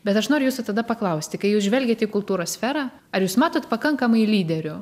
bet aš noriu jūsų tada paklausti kai jūs žvelgiat į kultūros sferą ar jūs matot pakankamai lyderių